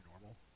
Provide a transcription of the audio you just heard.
normal